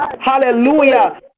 hallelujah